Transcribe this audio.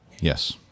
Yes